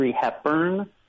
Hepburn